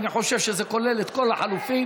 אני חושב שזה כולל את כל החלופין,